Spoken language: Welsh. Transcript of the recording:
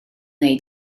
wnei